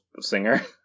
singer